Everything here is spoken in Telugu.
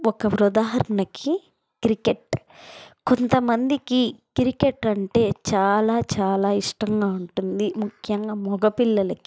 ఒక ఉదహరణకి క్రికెట్ కొంతమందికి క్రికెట్ అంటే చాలా చాలా ఇష్టంగా ఉంటుంది ముఖ్యంగా మగ పిల్లలకి